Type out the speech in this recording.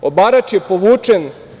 Obarač je povučen.